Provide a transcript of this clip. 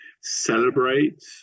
celebrate